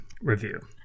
review